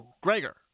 Gregor